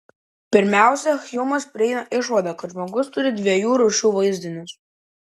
pirmiausia hjumas prieina išvadą kad žmogus turi dviejų rūšių vaizdinius